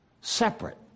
separate